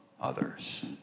others